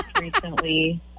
Recently